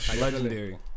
Legendary